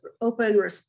open